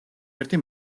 ერთი